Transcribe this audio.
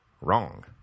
Wrong